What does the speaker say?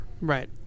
Right